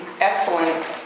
excellent